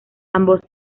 ambos